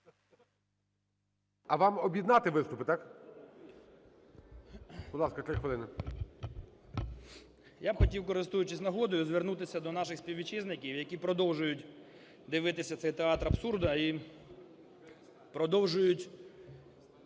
А вам об'єднати виступи, так? Будь ласка, 3 хвилини. 16:11:44 КАПЛІН С.М. Я б хотів, користуючись нагодою, звернутися до наших співвітчизників, які продовжують дивитися цей театр абсурду і продовжують,